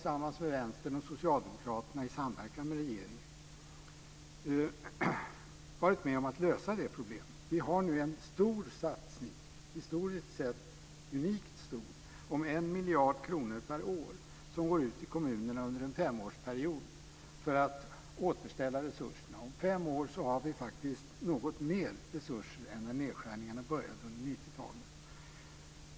Socialdemokraterna i samverkan med regeringen varit med om att lösa det problemet. Vi har nu en stor satsning - historiskt sett unikt stor - om en miljard kronor per år som går ut till kommunerna under en femårsperiod för att återställa resurserna. Om fem år har vi faktiskt något mer resurser än när nedskärningarna började under 90-talet.